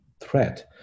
threat